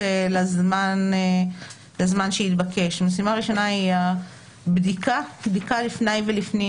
לזמן שהתבקש משימה ראשונה היא הבדיקה לפני ולפנים